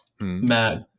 Matt